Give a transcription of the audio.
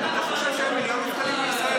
חברת הכנסת מלינובסקי,